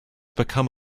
become